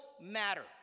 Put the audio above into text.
matter